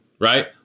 right